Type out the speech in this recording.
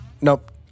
Nope